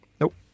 Nope